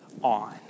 on